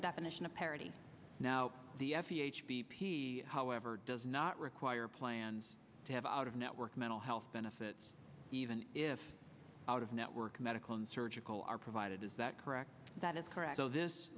the definition of parity now the f d a however does not require plans to have out of network mental health benefits even if out of network medical and surgical are provided is that correct that is correct so this